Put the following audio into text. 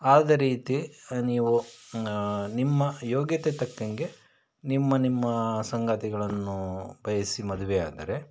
ಅದೇ ರೀತಿ ನೀವು ನಿಮ್ಮ ಯೋಗ್ಯತೆಗೆ ತಕ್ಕಂಗೆ ನಿಮ್ಮ ನಿಮ್ಮ ಸಂಗಾತಿಗಳನ್ನು ಬಯಸಿ ಮದುವೆ ಆದರೆ